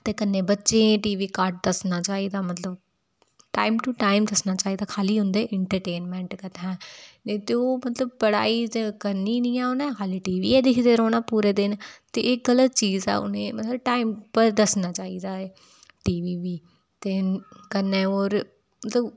ते कन्नै बच्चें गी टीवी घट्ट दस्सना चाहिदा मतलब टाईम टू टाईम दस्सना चाहिदा खाल्ली होंदे इंटरटेन आस्तै मतलब ओह् ते बड़ा करनी निं ऐ बाऽ खाल्ली टीवी गै दिक्खदे रौहना पूरे दिन एह् गलत चीज़ ऐ मतलब उ'नें ई टाईम पर दस्सना चाहिदा ऐ टीवी बी ते कन्नै होर